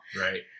Right